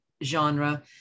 genre